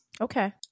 Okay